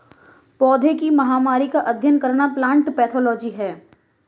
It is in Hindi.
पौधों की महामारी का अध्ययन करना प्लांट पैथोलॉजी है